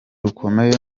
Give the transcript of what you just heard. rukomeye